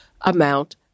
amount